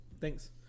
Thanks